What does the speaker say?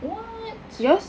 what